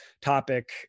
topic